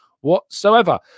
whatsoever